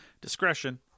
Discretion